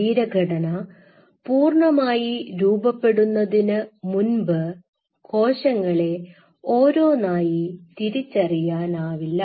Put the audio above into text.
ശരീരഘടന പൂർണമായി രൂപപ്പെടുന്നതിനു മുൻപ് കോശങ്ങളെ ഓരോന്നായി തിരിച്ചറിയാനാവില്ല